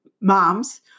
moms